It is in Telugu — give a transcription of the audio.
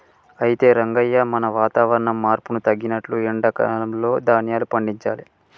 అయితే రంగయ్య మనం వాతావరణ మార్పును తగినట్లు ఎండా కాలంలో ధాన్యాలు పండించాలి